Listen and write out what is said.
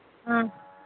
ꯑꯥ